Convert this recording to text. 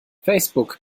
facebook